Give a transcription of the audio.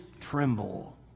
tremble